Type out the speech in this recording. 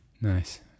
nice